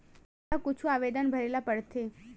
हमला कुछु आवेदन भरेला पढ़थे?